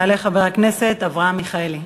יעלה חבר הכנסת אברהם מיכאלי.